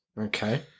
Okay